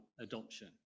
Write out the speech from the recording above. adoption